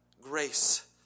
grace